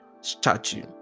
statue